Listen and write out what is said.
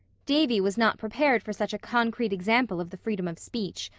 davy was not prepared for such a concrete example of the freedom of speech.